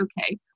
okay